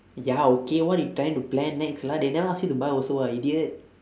ya okay what you trying to plan next lah they never ask you to buy also [what] idiot